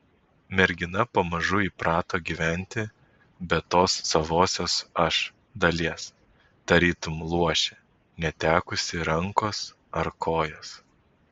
mergina pamažu įprato gyventi be tos savosios aš dalies tarytum luošė netekusi rankos ar kojos